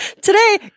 Today